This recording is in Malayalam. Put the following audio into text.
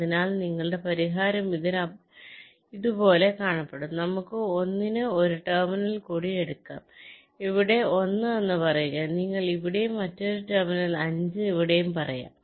അതിനാൽ നിങ്ങളുടെ പരിഹാരം ഇതുപോലെ കാണപ്പെടും നമുക്ക് 1 ന് ഒരു ടെർമിനൽ കൂടി എടുക്കാം ഇവിടെ 1 എന്ന് പറയുക നിങ്ങൾ ഇവിടെയും മറ്റൊരു ടെർമിനൽ 5 ഇവിടെയും പറയാം